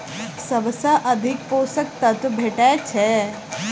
सबसँ अधिक पोसक तत्व भेटय छै?